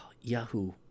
Yahoo